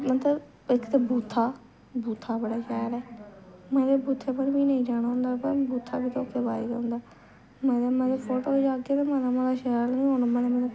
मतलब इक ते बूथा बूथा बड़ा शैल ऐ मतलब बूथे उप्पर बी नेईं जाना होंदा बूथा बी कुतै करवाए दा होंदा मते मते फोटो खचाह्गे ते मते मता शैल होना